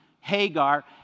Hagar